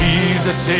Jesus